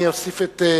אני אוסיף את קולך,